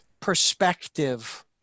perspective